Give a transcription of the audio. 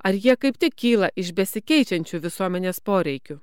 ar jie kaip tik kyla iš besikeičiančių visuomenės poreikių